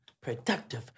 Productive